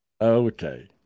Okay